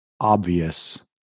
obvious